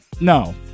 No